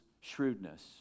shrewdness